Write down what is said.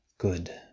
Good